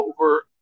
over